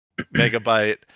Megabyte